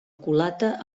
culata